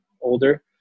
older